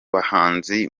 bahanzi